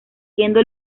siendo